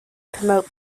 promote